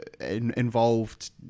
involved